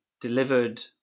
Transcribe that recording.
delivered